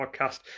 podcast